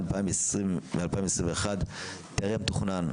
מ-2021 טרם תוכנן.